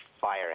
fire